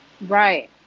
Right